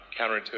counterintuitive